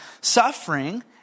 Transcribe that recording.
Suffering